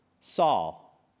Saul